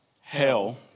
hell